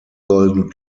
golden